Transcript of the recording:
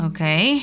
Okay